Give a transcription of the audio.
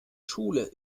schule